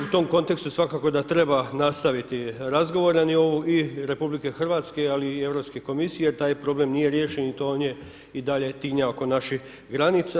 U tom kontekstu svakako da treba nastaviti razgovore na nivou i RH ali i Europske komisije jer taj problem nije riješen i on i dalje tinja oko naših granica.